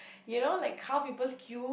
you know like how people queue